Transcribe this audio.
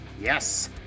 yes